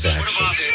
actions